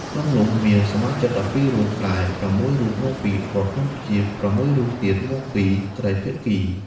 ក្នុងនោះមានសមាជិក១២រូប ដែល៦រូបមកពីរដ្ឋកម្ពុជា ៦រូបទៀតមកពីត្រីភាគី។